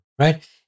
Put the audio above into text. right